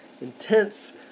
intense